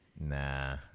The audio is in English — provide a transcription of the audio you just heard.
Nah